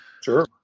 Sure